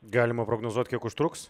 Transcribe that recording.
galima prognozuoti kiek užtruks